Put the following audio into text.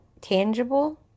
tangible